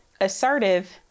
assertive